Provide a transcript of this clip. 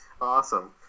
Awesome